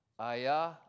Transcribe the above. Ayah